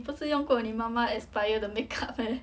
你不是用过你妈妈 expire 的 makeup meh